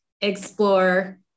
explore